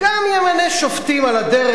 גם ימנה שופטים על הדרך.